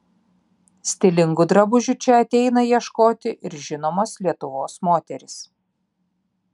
stilingų drabužių čia ateina ieškoti ir žinomos lietuvos moterys